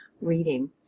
reading